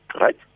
right